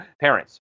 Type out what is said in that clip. parents